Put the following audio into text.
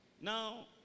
Now